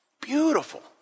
beautiful